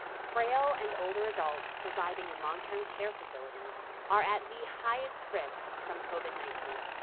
frail and older adults residing in long-term care facilities are at the highest risk from covid nineteen.